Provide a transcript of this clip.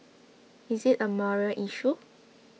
is it a moral issue